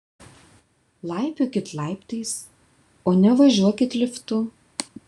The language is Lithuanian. laipiokit laiptais o ne važiuokit liftu